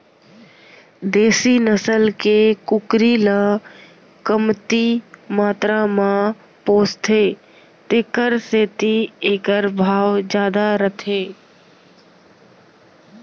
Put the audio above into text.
देसी नसल के कुकरी ल कमती मातरा म पोसथें तेकर सेती एकर भाव जादा रथे